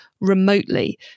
remotely